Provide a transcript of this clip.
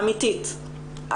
אמיתית.